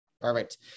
Perfect